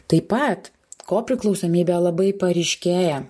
taip pat kopriklausomybė labai paryškėja